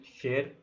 share